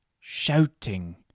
Shouting